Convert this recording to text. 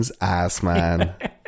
Assman